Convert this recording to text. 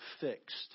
fixed